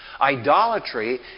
Idolatry